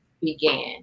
began